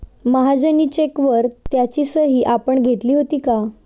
महाजनी चेकवर त्याची सही आपण घेतली होती का?